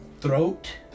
Throat